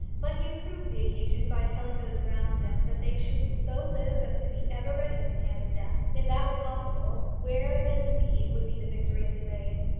but he improved the occasion by telling those around him that they should so live as to be ever ready for the hand of death. if that were possible, where then indeed would be the victory of the grave?